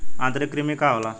आंतरिक कृमि का होला?